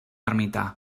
ermità